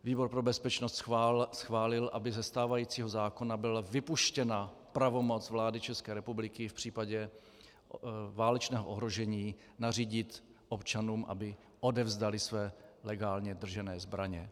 Výbor pro bezpečnost schválil, aby ze stávajícího zákona byla vypuštěna pravomoc vlády České republiky v případě válečného ohrožení nařídit občanům, aby odevzdali své legálně držené zbraně.